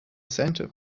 centre